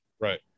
Right